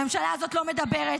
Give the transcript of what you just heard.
הממשלה הזאת לא מדברת,